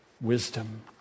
wisdom